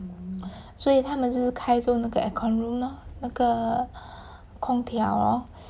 所以他们就是开着那个 aircon room lor 那个空调 lor